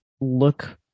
look